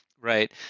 right